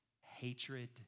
hatred